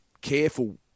careful